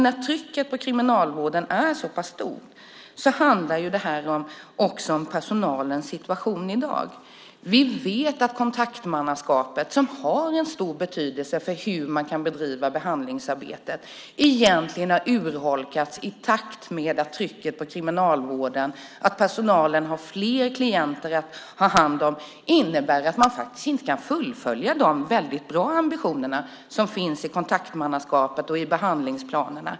När trycket på Kriminalvården är så pass stort handlar det också om personalens situation i dag. Vi vet att kontaktmannaskapet, som har stor betydelse för hur man kan bedriva behandlingsarbetet, egentligen har urholkats i takt med att trycket på Kriminalvården har ökat. Personalen har fler klienter att ta hand om. Det innebär att man inte kan fullfölja de goda ambitioner som finns i kontaktmannaskapet och i behandlingsplanerna.